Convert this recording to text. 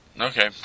Okay